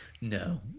no